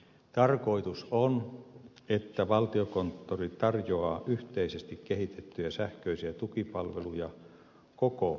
tarkoitus on että valtiokonttori tarjoaa yhteisesti kehitettyjä sähköisiä tukipalveluja koko julkiselle hallinnolle